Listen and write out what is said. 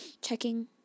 checking